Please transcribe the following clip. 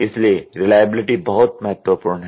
इसलिए रिलायबिलिटी बहुत महत्वपूर्ण है